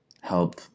Help